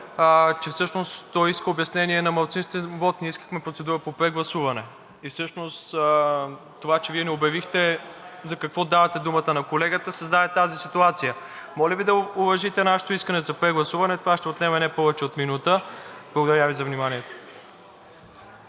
че всъщност той иска обяснение на малцинствен вот. Ние искахме процедура по прегласуване и всъщност това, че Вие не обявихте за какво давате думата на колегата, създаде тази ситуация. Моля Ви да уважите нашето искане за прегласуване – това ще отнеме не повече от минута. Благодаря Ви за вниманието.